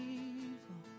evil